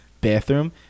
bathroom